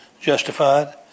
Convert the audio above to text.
justified